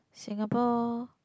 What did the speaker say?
Singapore